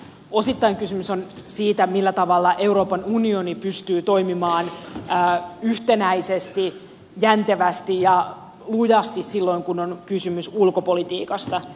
osittain kysymys on siitä millä tavalla euroopan unioni pystyy toimimaan yhtenäisesti jäntevästi ja lujasti silloin kun on kysymys ulkopolitiikasta